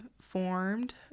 formed